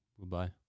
Goodbye